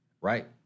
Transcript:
right